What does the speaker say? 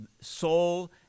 soul